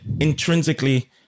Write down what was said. intrinsically